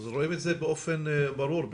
רואים את זה באופן ברור,